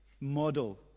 model